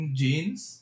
jeans